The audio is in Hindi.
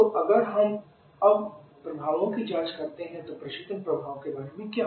तो अगर हम अब प्रभावों की जांच करते हैं तो प्रशीतन प्रभाव के बारे में क्या